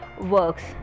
works